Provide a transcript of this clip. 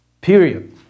period